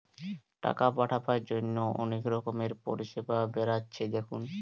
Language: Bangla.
টাকা পাঠাবার জন্যে অনেক রকমের পরিষেবা বেরাচ্ছে দেখুন